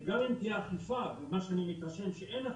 וגם אם תהיה אכיפה, וממה שאני מתרשם שאין אכיפה,